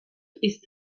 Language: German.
ist